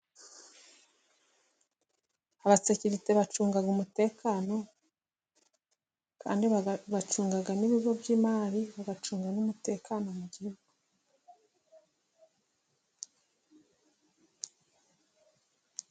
Abasekite bacunga umutekano kandi bacunga n' ibigo by'imari, bagacunga n'umutekano mu gihugu.